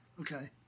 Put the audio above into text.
okay